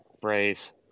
phrase